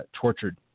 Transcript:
tortured